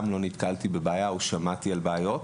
לא נתקלתי בבעיה או שמעתי על בעיות.